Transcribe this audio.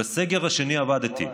ובסגר השני עבדתי.